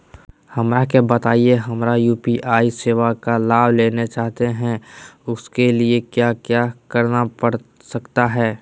हमरा के बताइए हमें यू.पी.आई सेवा का लाभ लेना चाहते हैं उसके लिए क्या क्या करना पड़ सकता है?